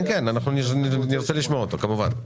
כן, אנחנו נרצה לשמוע אותו כמובן.